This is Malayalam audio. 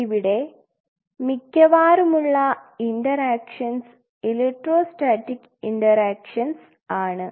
ഇവിടെ മിക്കവാറുമുള്ള ഇൻറർആക്ക്ഷൻസ് ഇലക്ട്രോ സ്റ്റാറ്റിക് ഇൻറർആക്ഷൻസ് ആണ്